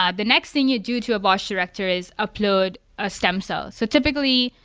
ah the next thing you do to a bosh director is upload a stem cell. so typically,